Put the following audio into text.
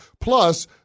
Plus